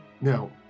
Now